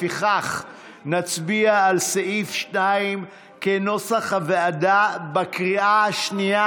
לפיכך נצביע על סעיף 2 כנוסח הוועדה בקריאה השנייה.